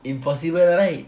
impossible right